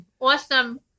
Awesome